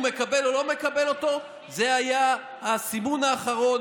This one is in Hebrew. מקבל או לא מקבל אותו זה היה הסימון האחרון,